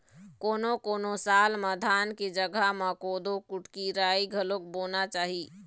कोनों कोनों साल म धान के जघा म कोदो, कुटकी, राई घलोक बोना चाही